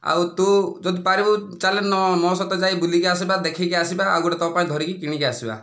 ଆଉ ତୁ ଯଦି ପାରିବୁ ଚାଲେ ନ ମୋ ସହିତ ଯାଇ ବୁଲିକି ଆସିବା ଦେଖିକି ଆସିବା ଆଉ ଗୋଟିଏ ତୋ ପାଇଁ ଧରିକି କିଣିକି ଆସିବା